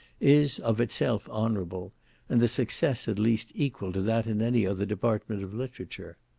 is of itself honourable and the success at least equal to that in any other department of literature.